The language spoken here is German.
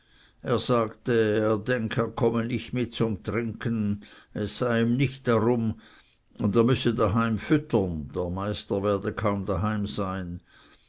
er sagte er denk er komme nicht mit zum trinken es sei ihm nicht darum und er müsse daheim füttern der meister werde kaum daheim sein